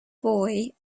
boy